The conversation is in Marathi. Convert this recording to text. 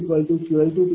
011 p